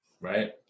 Right